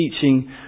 teaching